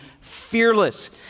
fearless